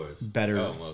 better